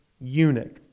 eunuch